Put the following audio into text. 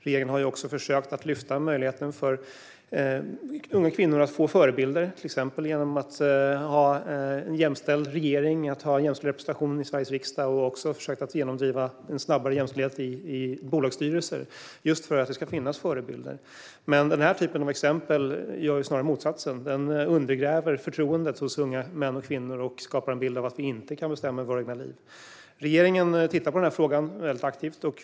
Regeringen har försökt att lyfta möjligheten för unga kvinnor att få förebilder, till exempel genom att ha en jämställd regering och en jämställd representation i Sveriges riksdag. Vi har också försökt att snabbare genomdriva jämställdhet i bolagsstyrelser, just för att det ska finnas förebilder. Men det exempel som tas upp är snarare motsatsen. Det undergräver förtroendet hos unga män och kvinnor och skapar en bild av att vi inte kan bestämma över våra egna liv. Regeringen tittar på denna fråga väldigt aktivt.